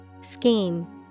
Scheme